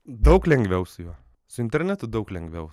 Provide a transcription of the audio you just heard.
daug lengviau su juo su internetu daug lengviau